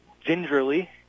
Gingerly